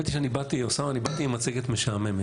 האמת היא, אוסאמה, שאני באתי עם מצגת משעממת.